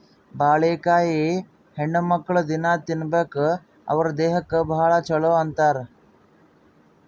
ಬಾಳಿಕಾಯಿ ಹೆಣ್ಣುಮಕ್ಕ್ಳು ದಿನ್ನಾ ತಿನ್ಬೇಕ್ ಅವ್ರ್ ದೇಹಕ್ಕ್ ಭಾಳ್ ಛಲೋ ಅಂತಾರ್